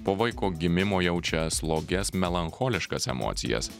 po vaiko gimimo jaučia slogias melancholiškas emocijas